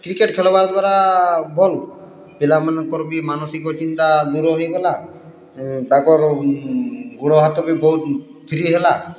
cricket ଖେଲ୍ବା ଦ୍ଵାରା ଭଲ୍ ପିଲାମାନଙ୍କର ବି ମାନସିକ ଚିନ୍ତା ଦୂର ହେଇଗଲା ତାଙ୍କର ଗୁଡ଼ ହାତ ବି ବହୁତ୍ ଫ୍ରି ହେଲା